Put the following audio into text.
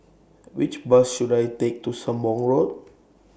Which Bus should I Take to Sembong Road